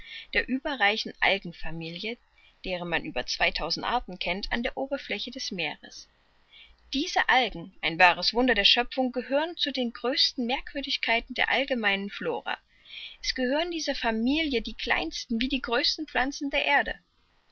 der überreichen algenfamilie deren man über zweitausend arten kennt an der oberfläche des meeres diese algen ein wahres wunder der schöpfung gehörenzu den größten merkwürdigkeiten der allgemeinen flora es gehören dieser familie die kleinsten wie die größten pflanzen der erde